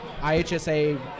ihsa